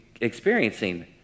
experiencing